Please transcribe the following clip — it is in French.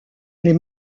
les